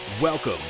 Welcome